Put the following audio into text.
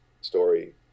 story